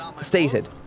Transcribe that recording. stated